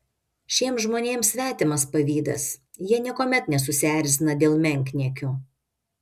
šiems žmonėms svetimas pavydas jie niekuomet nesusierzina dėl menkniekių